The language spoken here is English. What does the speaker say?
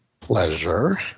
Pleasure